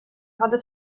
hade